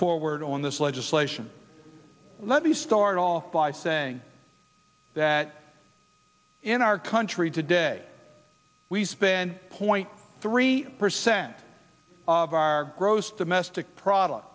forward on this legislation let me start all by saying that in our country today we spend point three percent of our gross domestic product